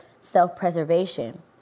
self-preservation